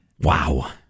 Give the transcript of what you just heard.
Wow